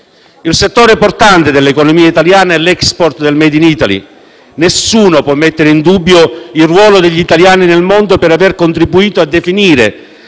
Il settore portante dell'economia italiana è l'*export* del *made in Italy*. Nessuno può mettere in dubbio il ruolo degli italiani nel mondo per aver contribuito a definire